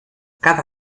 cada